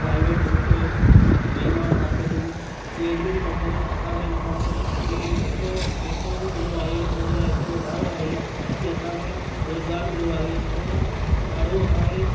private limited Mahima marketing इहे एॾी वॾी कंपनियूं आहिनि असांखे इन कंपनियुनि खे एतिरो पैसो ॾिनो आहे ऐं उन एतिरो वधायो आहे की असांखे रोज़गारु मिलियो आहे ऐं ॾाढो असांखे